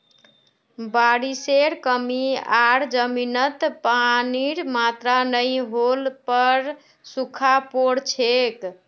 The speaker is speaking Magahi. बारिशेर कमी आर जमीनत पानीर मात्रा नई होल पर सूखा पोर छेक